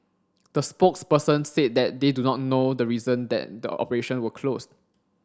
the spokesperson said that they do not know the reason that the operations were closed